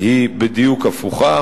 היא בדיוק הפוכה.